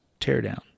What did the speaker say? teardown